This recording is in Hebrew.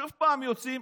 שוב פעם יוצאים,